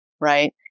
right